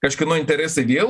kažkieno interesai vėl